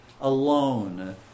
alone